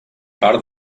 part